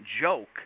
joke